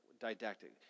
Didactic